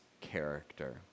character